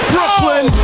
Brooklyn